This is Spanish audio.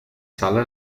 sala